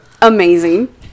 Amazing